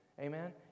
Amen